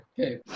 okay